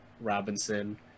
Robinson